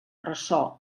ressò